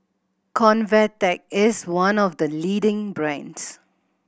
Convatec is one of the leading brands